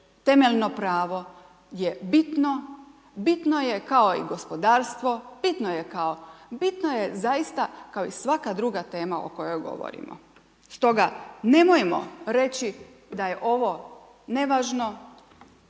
temeljno pravo, je bitno, bitno je kao i gospodarstvo, bitno je, bitno je zaista kao i svaka druga tema o kojoj govorimo. Stoga nemojmo reći da je ovo nevažno